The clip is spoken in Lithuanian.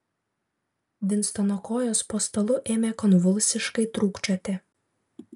vinstono kojos po stalu ėmė konvulsiškai trūkčioti